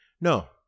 no